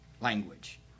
Language